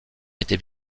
était